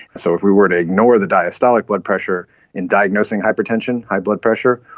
so if we were to ignore the diastolic blood pressure in diagnosing hypertension, high blood pressure,